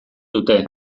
dute